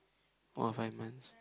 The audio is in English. one or five months